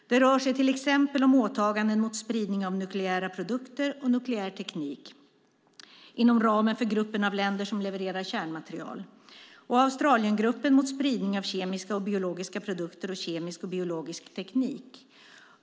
Det rör sig till exempel om åtaganden mot spridning av nukleära produkter och nukleär teknik inom ramen för "gruppen av länder som levererar kärnmaterial" och Australiengruppen mot spridning av kemiska och biologiska produkter och kemisk och biologisk teknik.